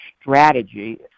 strategy